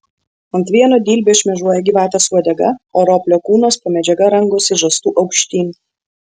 ant vieno dilbio šmėžuoja gyvatės uodega o roplio kūnas po medžiaga rangosi žastu aukštyn